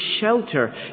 shelter